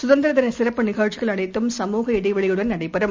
கதந்திரதினசிறப்பு நிகழ்ச்சிகள் அனைத்தும் சமுக இடைவெளியுடன் நடைபெறும்